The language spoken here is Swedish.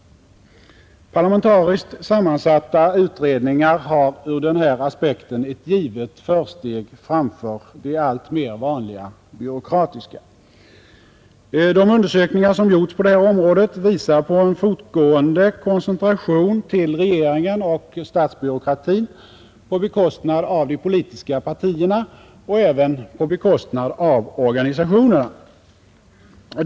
Parlamentariskt sammansatta utredningar har ur den här aspekten ett givet försteg framför de alltmer vanliga byråkratiska. De undersökningar som gjorts på det här området visar på en fortgående koncentration till regeringen och statsbyråkratin på bekostnad av de politiska partierna och även på bekostnad av organisationerna.